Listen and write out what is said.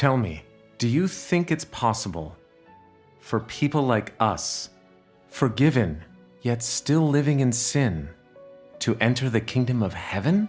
tell me do you think it's possible for people like us for given yet still living in sin to enter the kingdom of heaven